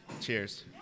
Cheers